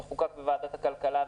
שחוקק בוועדת הכלכלה,